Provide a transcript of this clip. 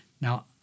Now